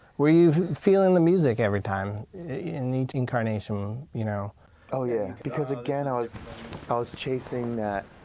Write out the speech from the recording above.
were you feeling the music every time in each incarnation? you know oh yeah, because again, i was always chasing that